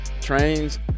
trains